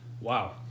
wow